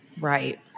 Right